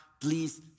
please